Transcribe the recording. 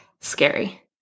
scary